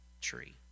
tree